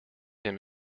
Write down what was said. him